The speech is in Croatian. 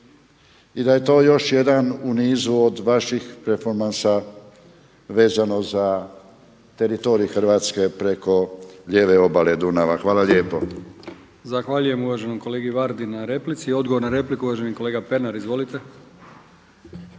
i da je to još jedan u nizu od vaših performansa vezano za teritorij Hrvatske preko lijeve obale Dunava. Hvala lijepo. **Brkić, Milijan (HDZ)** Zahvaljujem uvaženom kolegi Vardi na replici. Odgovor na repliku uvaženi kolega Pernar.